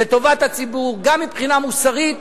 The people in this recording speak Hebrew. גם מבחינה מוסרית,